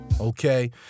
okay